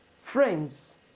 friends